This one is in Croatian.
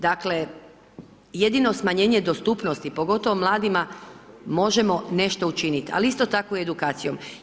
Dakle jedino smanjenje dostupnosti, pogotovo mladima možemo nešto učiniti ali isto tako i edukacijom.